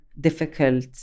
difficult